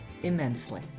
immensely